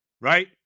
right